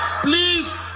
please